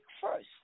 first